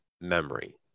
memory